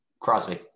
Crosby